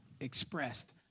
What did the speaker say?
expressed